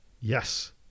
Yes